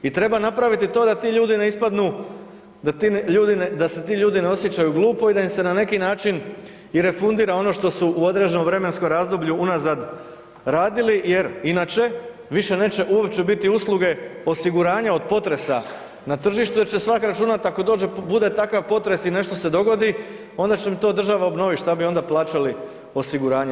I treba napraviti to da ti ljudi ne ispadnu, da se ti ljudi ne osjećaju glupo i da im se na neki način i refundira ono što su u određenom vremenskom razdoblju unazad radili jer inače više neće uopće biti usluge osiguranja od potresa na tržištu jer će svatko računati ako dođe, ako bude takav potresa i nešto se dogodi onda će mi to država obnoviti što bi onda plaćali osiguranje.